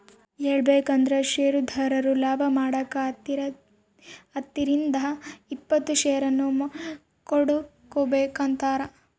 ಹೇಳಬೇಕಂದ್ರ ಷೇರುದಾರರು ಲಾಭಮಾಡಕ ಹತ್ತರಿಂದ ಇಪ್ಪತ್ತು ಷೇರನ್ನು ಕೊಂಡುಕೊಂಬ್ತಾರ